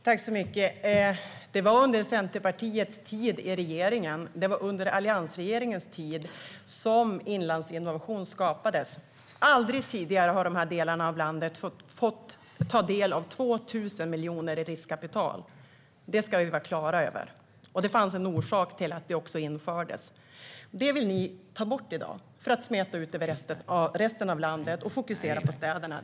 Herr talman! Det var under Centerpartiets tid i regeringen, alltså under alliansregeringens tid, som Inlandsinnovation skapades. Aldrig tidigare har dessa delar av landet fått ta del av 2 000 miljoner i riskkapital. Det ska vi vara klara över. Det fanns också en orsak till att det infördes. Det vill ni ta bort i dag. I stället vill ni smeta ut det över resten av landet och fokusera på städerna.